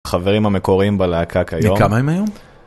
חברים המקוריים בלהקה כיום. בני כמה הם היום?